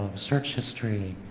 search history,